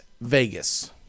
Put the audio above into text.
Vegas